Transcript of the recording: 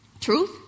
Truth